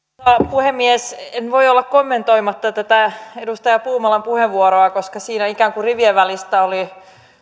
puhemies en voi olla kommentoimatta edustaja puumalan puheenvuoroa koska siinä ikään kuin rivien välistä oli